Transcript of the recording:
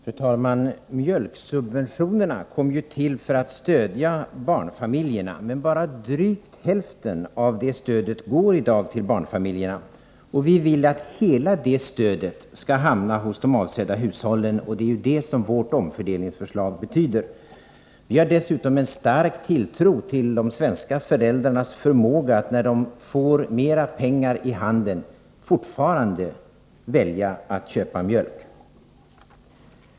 Fru talman! Mjölksubventionerna kom ju till för att stödja barnfamiljerna, men bara drygt hälften av dem går i dag till dessa familjer. Vi vill att hela detta stöd skall hamna hos de avsedda hushållen, och det är också syftet med vårt omfördelningsförslag. Vi har också en stark tilltro till de svenska föräldrarna och menar att de när de får mera pengar i handen fortfarande kommer att välja att köpa mjölk.